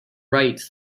write